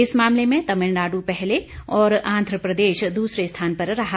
इस मामले में तमिलनाडु पहले और आंध्र प्रदेश दूसरे स्थान पर रहा